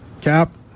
Cap